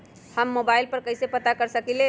हम मोबाइल पर कईसे पता कर सकींले?